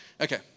Okay